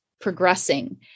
progressing